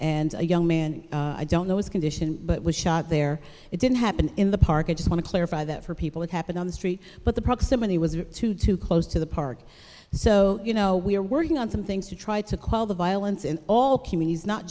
and a young man i don't know his condition but was shot there it didn't happen in the park i just want to clarify that for people it happened on the street but the proximity was too too close to the park so you know we're working on some things to try to call the violence in all